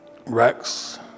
Rex